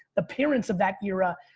the parents of that era,